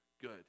good